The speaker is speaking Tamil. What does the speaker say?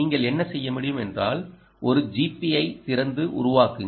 நீங்கள் என்ன செய்ய முடியும் என்றால் ஒரு gpi திறந்து உருவாக்குங்கள்